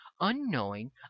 unknowing